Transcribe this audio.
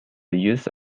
use